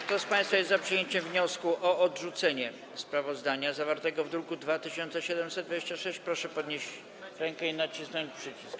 Kto z państwa jest za przyjęciem wniosku o odrzucenie sprawozdania zawartego w druku nr 2726, proszę podnieść rękę i nacisnąć przycisk.